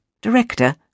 Director